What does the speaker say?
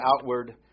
outward